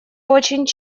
очень